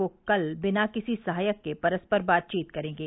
वे कल बिना किसी सहायक के परस्पर बातचीत करेंगे